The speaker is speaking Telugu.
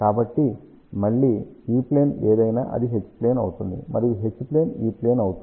కాబట్టి మళ్ళీ E ప్లేన్ ఏమైనా అది H ప్లేన్ అవుతుంది మరియు H ప్లేన్ E ప్లేన్ అవుతుంది